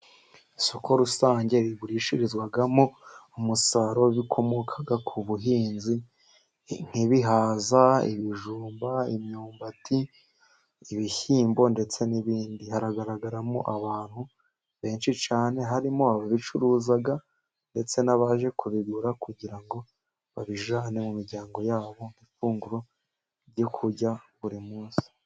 Isoko rusange rigurishirizwamo umusaruro bikomoka ku buhinzi nk'ibihaza, ibijumba, imyumbati, ibishyimbo ndetse n'ibindi; haragaragaramo abantu benshi cyane harimo ababicuruza ndetse n'abaje kubigura kugira ngo babijyane mu miryango yabo ifunguro ryo kurya buri munsi.